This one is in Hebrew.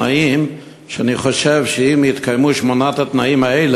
ואני חושב שאם הם יתקיימו אז הכניסה